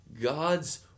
God's